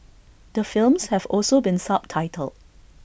the films have also been subtitled